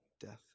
death